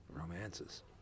romances